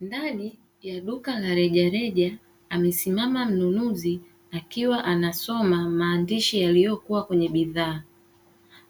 Ndani ya duka la rejareja amesimama mnunuzi akiwa anasoma maandishi yaliyoko kwenye bidhaa,